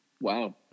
Wow